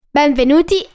Benvenuti